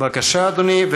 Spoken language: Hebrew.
בבקשה, אדוני.